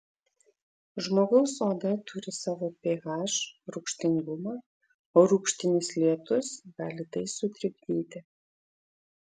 žmogaus oda turi savo ph rūgštingumą o rūgštinis lietus gali tai sutrikdyti